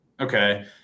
okay